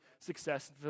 success